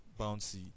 bouncy